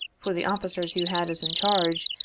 for the officers who had us in charge,